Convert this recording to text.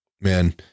man